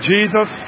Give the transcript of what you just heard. Jesus